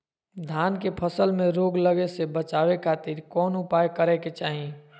धान के फसल में रोग लगे से बचावे खातिर कौन उपाय करे के चाही?